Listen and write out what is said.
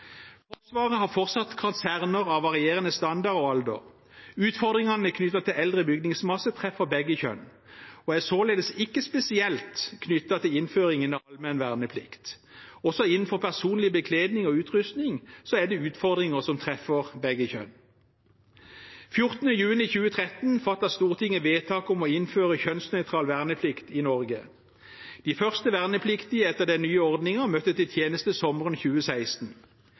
Forsvaret har fortsatt kaserner av varierende standard og alder. Utfordringene knyttet til eldre bygningsmasse treffer begge kjønn og er således ikke spesielt knyttet til innføringen av allmenn verneplikt. Også innenfor personlig bekledning og utrustning er det utfordringer som treffer begge kjønn. Den 14. juni 2013 fattet Stortinget vedtak om å innføre kjønnsnøytral verneplikt i Norge. De første vernepliktige etter den nye ordningen møtte til tjeneste sommeren 2016.